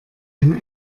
ein